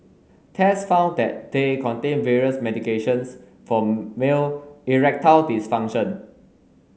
tests found that they contained various medications for male erectile dysfunction